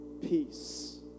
Peace